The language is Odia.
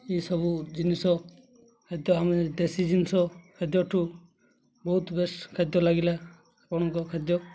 ଏସବୁ ଜିନିଷ ଖାଦ୍ୟ ଆମେ ଦେଶୀ ଜିନିଷ ଖାଦ୍ୟଠୁ ବହୁତ ବେସ୍ ଖାଦ୍ୟ ଲାଗିଲା ଆପଣଙ୍କ ଖାଦ୍ୟ